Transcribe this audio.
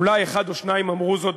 אולי אחד או שניים אמרו זאת,